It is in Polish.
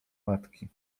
matki